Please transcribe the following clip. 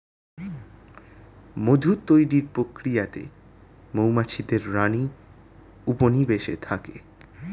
মধু তৈরির প্রক্রিয়াতে মৌমাছিদের রানী উপনিবেশে থাকে